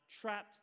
trapped